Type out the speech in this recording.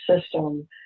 system